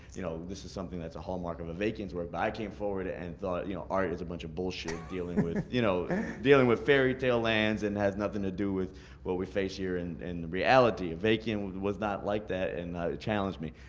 you know this is something that's a hallmark of avakian's work, but i came forward ah and thought you know art is a bunch of bullshit, dealing with you know dealing with fairy tale lands and has nothing to do with what we face here in reality. avakian was not like that, and challenged me,